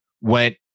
went